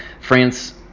France